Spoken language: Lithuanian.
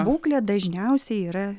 būklė dažniausiai yra